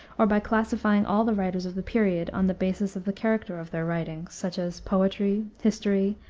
or by classifying all the writers of the period on the basis of the character of their writings, such as poetry, history,